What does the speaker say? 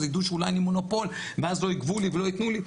אז ידעו שאולי אני מונופול ואז לא יגבו לי ולא יתנו לי.